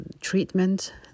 treatment